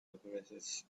apparatus